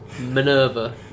Minerva